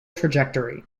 trajectory